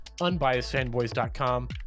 unbiasedfanboys.com